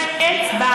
את אומרת?